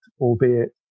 albeit